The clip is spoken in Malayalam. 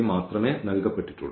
മാത്രമേ നൽകപ്പെട്ടിട്ടുള്ളൂ